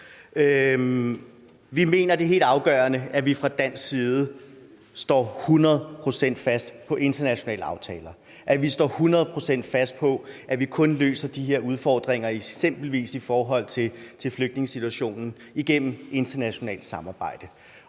Vi mener, det er helt afgørende, at man fra dansk side står et hundrede procent fast på internationale aftaler. Man skal stå et hundrede procent fast på, at vi kun løser de her udfordringer med eksempelvis flygtningesituationen igennem internationalt samarbejde.